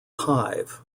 hive